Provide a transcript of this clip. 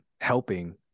helping